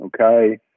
okay